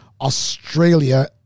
Australia